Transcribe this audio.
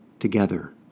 together